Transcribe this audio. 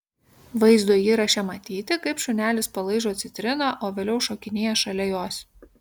vaizdo įraše matyti kaip šunelis palaižo citriną o vėliau šokinėja šalia jos